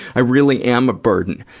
i really am a burden!